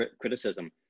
criticism